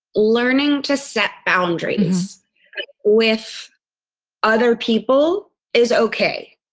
learning to set boundaries with other people is ok.